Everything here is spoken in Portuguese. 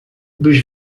dos